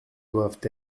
doivent